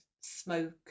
smoke